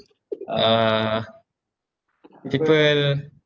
uh people